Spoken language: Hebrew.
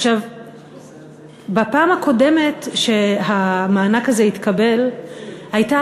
בפעם הקודמת שהמענק הזה התקבל הייתה